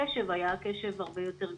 הקשב היה קשב הרבה יותר גבוה.